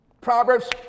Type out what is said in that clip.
Proverbs